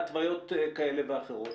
בהתוויות כאלה ואחרות.